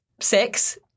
Six